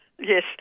Yes